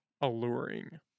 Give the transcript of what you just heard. alluring